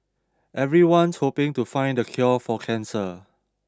everyone's hoping to find the cure for cancer